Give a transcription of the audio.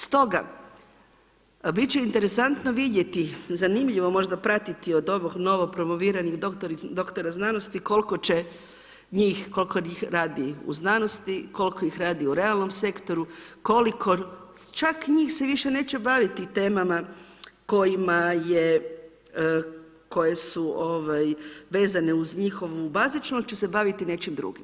Stoga bit će interesantno vidjeti, zanimljivo možda pratiti od ovih novo promoviranih doktora znanosti koliko će njih, koliko njih radi u znanosti, koliko ih radi u realnom sektoru, koliko čak njih se više neće baviti temama koje su vezane uz njihovu bazičnu ili će se baviti nečim drugim.